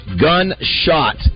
Gunshot